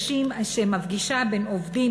שמפגישה בין עובדים,